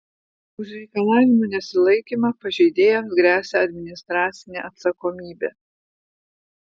už reikalavimų nesilaikymą pažeidėjams gresia administracinė atsakomybė